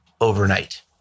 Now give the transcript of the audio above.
overnight